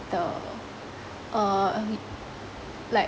the uh like